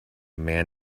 man